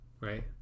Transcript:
right